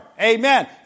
Amen